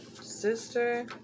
Sister